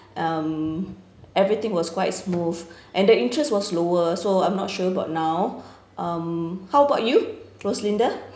um everything was quite smooth and the interest was lower so I'm not sure about now um how about you roslinda